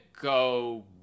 go